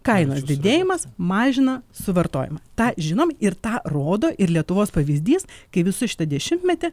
kainos didėjimas mažina suvartojimą tą žinom ir tą rodo ir lietuvos pavyzdys kai visu šitą dešimtmetį